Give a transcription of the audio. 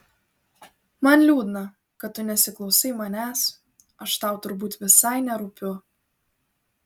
man liūdna kad tu nesiklausai manęs aš tau turbūt visai nerūpiu